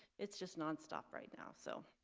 it's just non-stop right now. so